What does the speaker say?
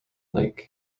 lake